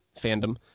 fandom